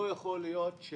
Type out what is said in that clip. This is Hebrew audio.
לא יכול להיות,